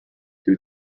due